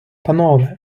панове